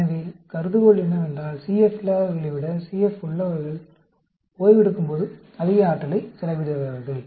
எனவே கருதுகோள் என்னவென்றால் CF இல்லாதவர்களை விட CF உள்ளவர்கள் ஓய்வெடுக்கும் போது அதிக ஆற்றலை செலவிடுகிறார்கள்